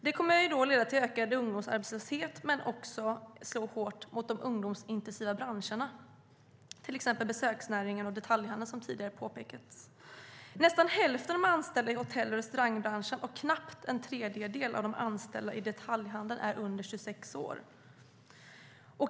Det kommer att leda till ökad ungdomsarbetslöshet och slå hårt mot de ungdomsintensiva branscherna, till exempel besöksnäringen och detaljhandeln, som tidigare påpekats. Nästan hälften av de anställda i hotell och restaurangbranschen och knappt en tredjedel av de anställda i detaljhandeln är under 26 år.